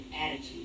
attitude